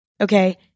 okay